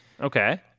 Okay